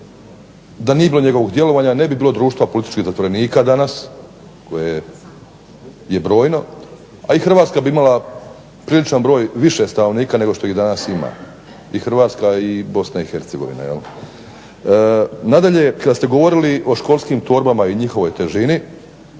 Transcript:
da nije bilo njegovog djelovanja ne bi bilo društva političkih zatvorenika danas koje je brojno, a i Hrvatska bi imala priličan broj više stanovnika nego što ih danas ima, i Hrvatska i Bosna i Hercegovina. Nadalje, kad ste govorili o školskim torbama i njihovoj težini